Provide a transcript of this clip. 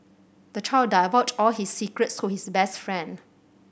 the child divulged all his secrets to his best friend